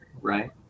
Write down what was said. Right